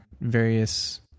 various